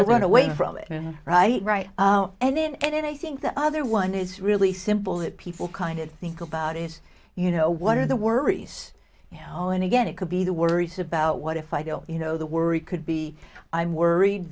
to run away from it right right now and then and i think the other one is really simple that people kind of think about is you know what are the worries you know and again it could be the worries about what if i don't you know the worry could be i'm worried